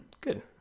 Good